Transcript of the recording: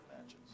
matches